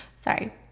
sorry